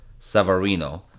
Savarino